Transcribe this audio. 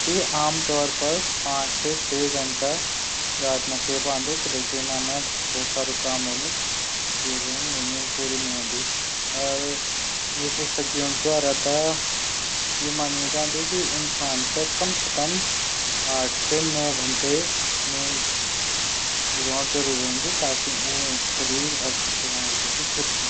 मि आमतौर पर पांच से छ घंटा रात मा से पांदू किलेकी मी मा बहुत सारू काम हूंदू विशेषज्ञों द्वारा त यू मने जांदू की आठ से नौ घंटा नींद लीण जरूरी हूंदू शरीर और दिमाग फिट रैंदू।